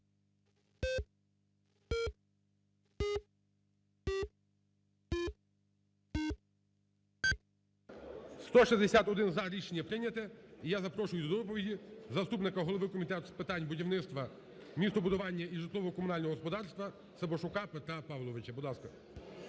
За-161 Рішення прийнято. Я запрошую до доповіді заступника голови Комітету з питань будівництва, містобудування і житлово-комунального господарства Сабашука Петра Павловича. Будь ласка.